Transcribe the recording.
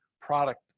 product